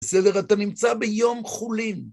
בסדר? אתה נמצא ביום חולין.